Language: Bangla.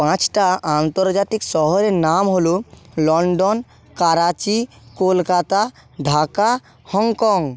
পাঁচটা আন্তর্জাতিক শহরের নাম হলো লন্ডন করাচি কলকাতা ঢাকা হংকং